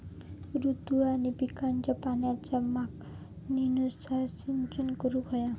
ऋतू आणि पिकांच्या पाण्याच्या मागणीनुसार सिंचन करूक व्हया